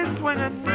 swinging